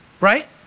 Right